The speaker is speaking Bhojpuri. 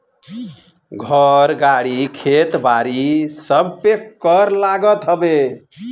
घर, गाड़ी, खेत बारी सबपे कर लागत हवे